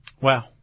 Wow